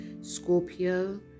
Scorpio